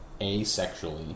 asexually